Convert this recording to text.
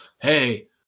hey